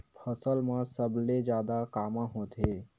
फसल मा सबले जादा कामा होथे?